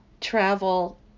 Travel